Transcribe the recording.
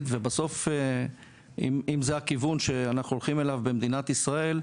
ובסוף אם זה הכיוון שאנחנו הולכים אליו במדינת ישראל,